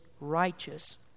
righteous